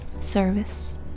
service